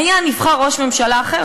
היה נבחר ראש ממשלה אחר,